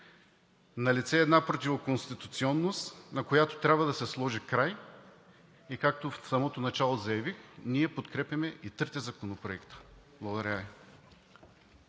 Налице е една противоконституционност, на която трябва да се сложи край, и както в самото начало заявих, ние подкрепяме и трите законопроекта. Благодаря